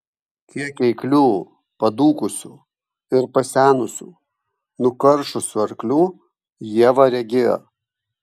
kiek eiklių padūkusių ir pasenusių nukaršusių arklių ieva regėjo